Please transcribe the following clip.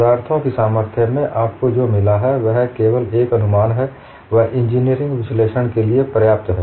पदार्थों की सामर्थ्य में आपको जो मिला है वह केवल एक अनुमान है व इंजीनियरिंग विश्लेषण के लिए पर्याप्त है